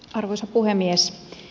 arvoisa puhemies